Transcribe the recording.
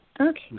Okay